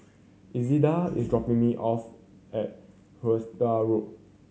Elzada is dropping me off at Hythe Road